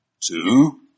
two